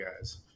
guys